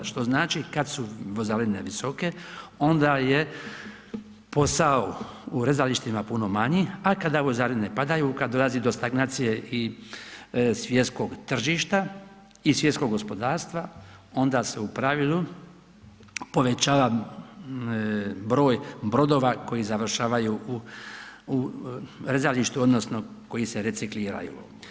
Što znači kada su vozarine visoke onda je posao u rezalištima puno manji a kada vozarine padaju, kad dolazi do stagnacije i svjetskog tržišta i svjetskog gospodarstva onda se u pravili povećava broj brodova koji završavaju u rezalištu, odnosno koji se recikliraju.